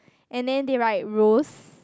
and then they write rose